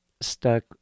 stuck